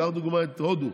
קח לדוגמה את הודו,